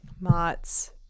MOTS